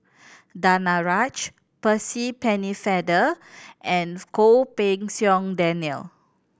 Danaraj Percy Pennefather and Goh Pei Siong Daniel